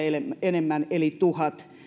enemmän eli tuhat